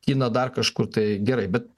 kiną dar kažkur tai gerai bet